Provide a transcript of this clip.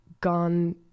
gone